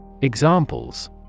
Examples